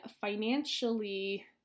financially